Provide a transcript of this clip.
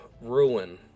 ruin